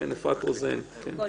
בבקשה.